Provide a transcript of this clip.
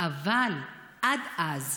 אבל עד אז,